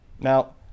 Now